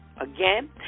Again